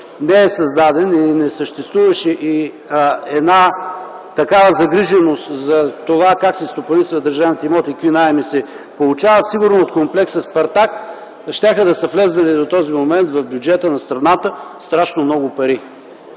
не създаде и не съществуваше такава загриженост за това как се стопанисват държавните имоти и какви наеми се получават, сигурно от комплекса „Спартак” щяха да са влезнали до този момент в бюджета на страната страшно много пари.